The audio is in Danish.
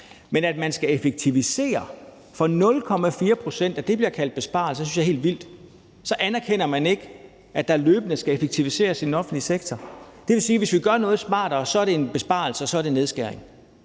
det, at man skal effektivisere for 0,4 pct., bliver kaldt en besparelse, synes jeg er helt vildt. For så anerkender man ikke, at der løbende skal effektiviseres i den offentlige sektor. Det vil sige, at hvis vi gør noget smartere, er det en besparelse, og så er det en nedskæring.